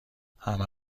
همه